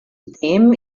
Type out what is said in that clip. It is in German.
zudem